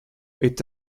est